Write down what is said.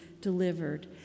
delivered